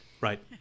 Right